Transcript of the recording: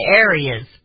areas